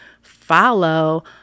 follow